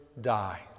die